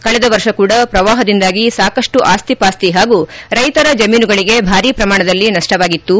ಕಳೆದ ವರ್ಷ ಕೂಡ ಪ್ರವಾಹದಿಂದಾಗಿ ಸಾಕಷ್ಟು ಅಸ್ತಿಪಾಸ್ತಿ ಹಾಗೂ ರೈತರ ಜಮೀನುಗಳಿಗೆ ಭಾರೀ ಪ್ರಮಾಣದಲ್ಲಿ ನಷ್ಟವಾಗಿತು